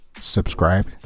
subscribe